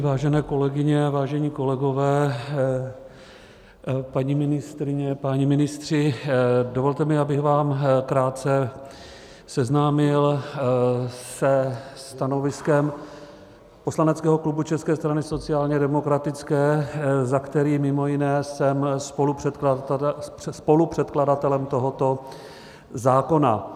Vážené kolegyně a vážení kolegové, paní ministryně, páni ministři, dovolte mi, abych vás krátce seznámil se stanoviskem poslaneckého klubu České strany sociálně demokratické, za který mimo jiné jsem spolupředkladatelem tohoto zákona.